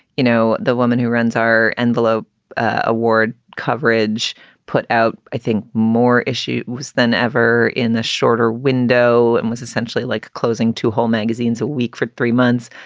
you know, the woman who runs our envelope award coverage put out, i think more issue was than ever in the shorter window and was essentially like closing two whole magazines a week for three months,